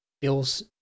bill's